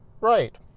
right